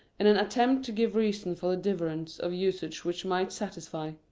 and an attempt to give reason for the divergence of usage which might satisfy,